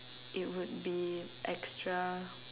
it would be extra